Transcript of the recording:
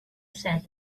said